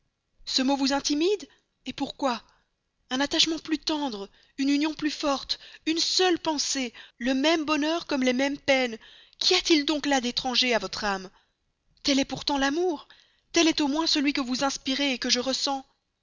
ce mot vous intimide et pourquoi un attachement plus tendre une union plus forte une seule pensée le même bonheur comme les mêmes peines qu'y a-t-il donc là d'étranger à votre âme tel est pourtant l'amour tel est au moins celui que vous inspirez que je ressens